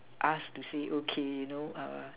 us to say okay know err